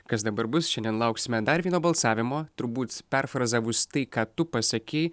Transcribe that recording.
kas dabar bus šiandien lauksime dar vieno balsavimo turbūt perfrazavus tai ką tu pasakei